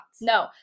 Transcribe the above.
No